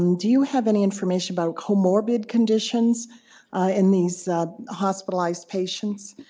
and do you have any information about comorbid conditions in these hospitalized patients?